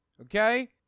okay